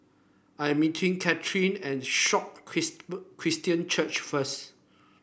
I'm meeting Caitlynn at Sion Christian Church first